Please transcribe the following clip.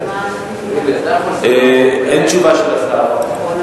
אין תשובה של השר.